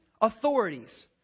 authorities